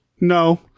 No